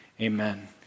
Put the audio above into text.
Amen